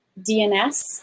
DNS